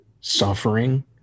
suffering